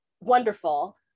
wonderful